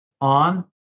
on